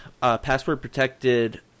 password-protected